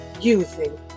using